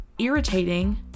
irritating